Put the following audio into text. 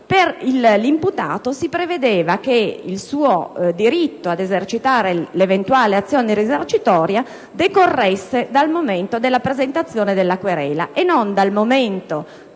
irrevocabile si prevedeva che il diritto ad esercitare l'eventuale azione risarcitoria decorresse dal momento della presentazione della querela e non dal momento